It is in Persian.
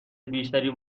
بیشتری